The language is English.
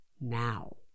now